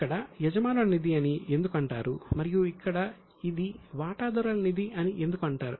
అక్కడ యజమానుల నిధి అని ఎందుకు అంటారు మరియు ఇక్కడ ఇది వాటాదారుల నిధి అని ఎందుకు అంటారు